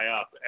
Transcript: up